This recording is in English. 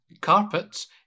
carpets